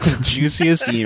Juiciest